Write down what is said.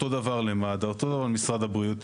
אותו דבר למד"א, אותו דבר למשרד הבריאות.